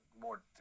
more